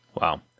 Wow